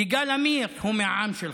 יגאל עמיר הוא מהעם שלך,